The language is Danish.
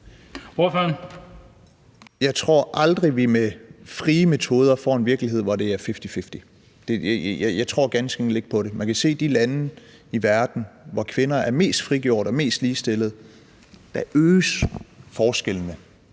(LA): Jeg tror aldrig, at vi med frie metoder får en virkelighed, hvor det er fifty-fifty. Jeg tror ganske enkelt ikke på det. Man kan se, at i de lande i verden, hvor kvinder er mest frigjorte og mest ligestillede, øges forskellene,